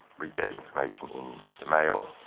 we get information in the mail,